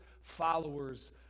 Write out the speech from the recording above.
followers